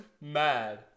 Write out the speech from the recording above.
mad